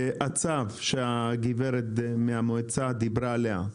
הצו שהגברת מהרשות דיברה עליה,